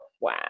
Wow